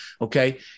okay